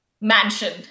Mansion